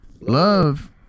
Love